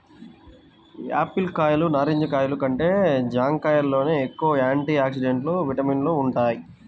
Apple కాయలు, నారింజ కాయలు కంటే జాంకాయల్లోనే ఎక్కువ యాంటీ ఆక్సిడెంట్లు, విటమిన్లు వుంటయ్